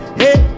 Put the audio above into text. hey